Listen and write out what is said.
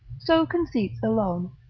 so conceits alone,